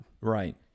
Right